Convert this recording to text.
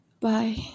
bye